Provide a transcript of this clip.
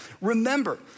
Remember